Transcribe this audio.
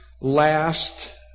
last